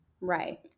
Right